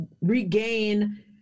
regain